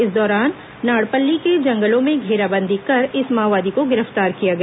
इस दौरान नाड़पल्ली के जंगलों में घेराबंदी कर इस माओवादी को गिरफ्तार किया गया